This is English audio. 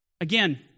Again